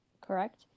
correct